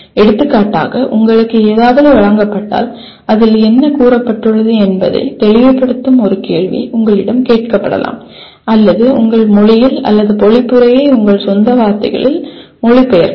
எடுத்துக்காட்டாக உங்களுக்கு ஏதாவது வழங்கப்பட்டால் அதில் என்ன கூறப்பட்டுள்ளது என்பதை தெளிவுபடுத்தும் ஒரு கேள்வி உங்களிடம் கேட்கப்படலாம் அல்லது உங்கள் மொழியில் அல்லது பொழிப்புரையை உங்கள் சொந்த வார்த்தைகளில் மொழிபெயர்க்கலாம்